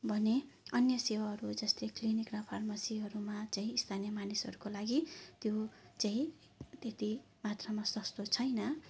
भने अन्य सेवाहरू जस्तै क्लिनिक र फार्मेसीहरूमा चाहिँ स्थानीय मानिसहरूको लागि त्यो चाहिँ त्यति मात्रामा सस्तो छैन